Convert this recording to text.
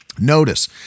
Notice